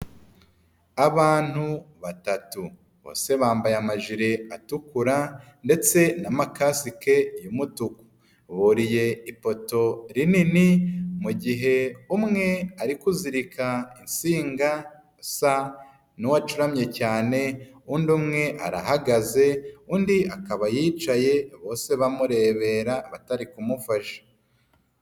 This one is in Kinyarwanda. Abantu batatu. Bose bambaye amajiri atukura ndetse na makasike y'umutuku. Buriye ipoto rinini mu gihe umwe ari kuzirika insinga asa n'uwacuramye cyane, undi umwe arahagaze, undi akaba yicaye bose bamurebera batari kumufasha.